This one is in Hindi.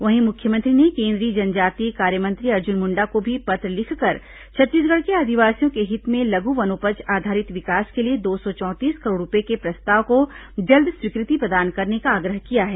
वहीं मुख्यमंत्री ने केंद्रीय जनजातीय कार्य मंत्री अर्जुन मुंडा को भी पत्र लिखकर छत्तीसगढ़ के आदिवासियों के हित में लघु वनोपज आधारित विकास के लिए दो सौ चौंतीस करोड़ रूपये के प्रस्ताव को जल्द स्वीकृति प्रदान करने का आग्रह किया है